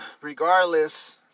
regardless